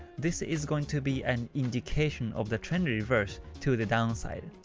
this is going to be an indication of the trend reverse to the downside.